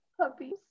puppies